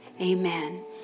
Amen